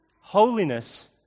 holiness